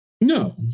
No